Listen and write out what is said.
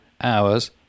hours